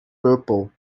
purple